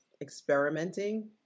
experimenting